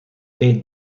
date